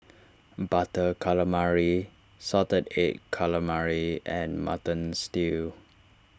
Butter Calamari Salted Egg Calamari and Mutton Stew